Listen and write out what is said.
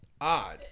Odd